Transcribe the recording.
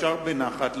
אפשר לדבר בנחת,